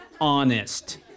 Honest